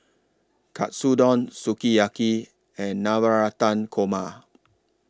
Katsudon Sukiyaki and Navratan Korma